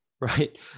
right